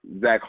zach